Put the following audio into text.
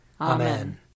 Amen